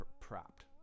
propped